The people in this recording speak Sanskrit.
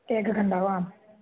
एकघण्टा वा